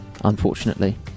unfortunately